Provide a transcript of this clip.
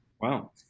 Wow